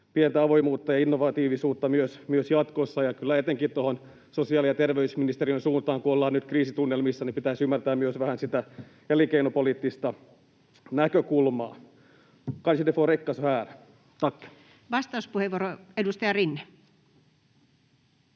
pientä avoimuutta ja innovatiivisuutta myös jatkossa, ja kyllä etenkin sosiaali‑ ja terveysministeriön, kun ollaan nyt kriisitunnelmissa, pitäisi ymmärtää vähän myös sitä elinkeinopoliittista näkökulmaa. Kanske det får